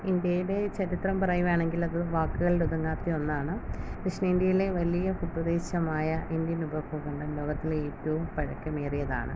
ഇന്ത്യയുടെ ചരിത്രം പറയുകയാണെങ്കിൽ അത് വാക്കുകളിലൊതുങ്ങാത്ത ഒന്നാണ് ദഷിണേന്ത്യയിലെ വലിയ ഭൂ പ്രദേശമായ ഇന്ത്യൻ ഉപഭൂഖണ്ഡം ലോകത്തിലെ ഏറ്റവും പഴക്കമേറിയതാണ്